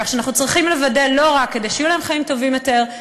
כך שאנחנו צריכים לוודא שלא רק יהיו להם חיים טובים יותר,